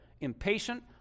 impatient